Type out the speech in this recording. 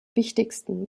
wichtigsten